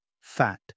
fat